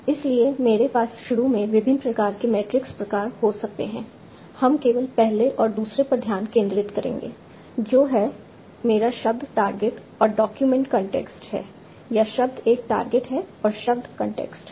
इसलिए मेरे पास शुरू में विभिन्न प्रकार के मैट्रिक्स प्रकार हो सकते हैं हम केवल पहले और दूसरे पर ध्यान केंद्रित करेंगे जो है मेरा शब्द टारगेट और डॉक्यूमेंट कॉन्टेक्स्ट है या शब्द एक टारगेट है और शब्द कॉन्टेक्स्ट है